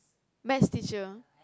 maths teacher